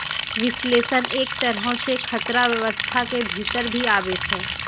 विश्लेषण एक तरहो से खतरा व्यवस्था के भीतर भी आबै छै